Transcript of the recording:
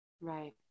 Right